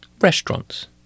Restaurants